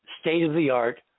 state-of-the-art